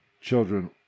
children